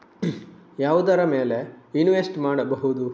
ಯಾವುದರ ಮೇಲೆ ಇನ್ವೆಸ್ಟ್ ಮಾಡಬಹುದು?